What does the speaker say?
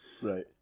Right